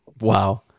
wow